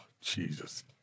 Jesus